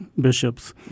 bishops